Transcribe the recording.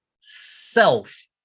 self